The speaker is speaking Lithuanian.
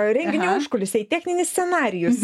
renginio užkulisiai techninis scenarijus